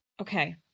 Okay